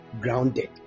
grounded